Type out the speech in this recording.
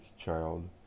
child